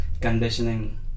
conditioning